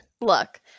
Look